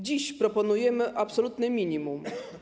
Dziś proponujemy absolutne minimum.